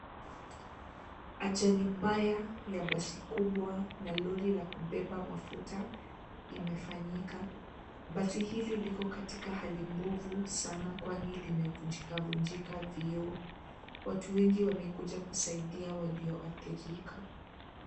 Ajali mbaya ya basi kubwa na lori la kubeba mafuta imefanyika. Basi hili liko katika hali ngumu sana kwani limevunjika vunjika vioo. Watu wengi wamekuja kusaidia walioathirika.